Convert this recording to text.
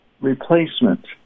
Replacement